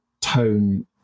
tone